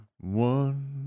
One